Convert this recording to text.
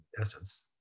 essence